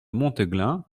monteglin